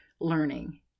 learning